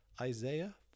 Isaiah